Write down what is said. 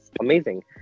amazing